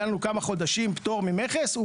היו לנו כמה חודשים פטור ממכס.